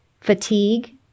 fatigue